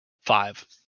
five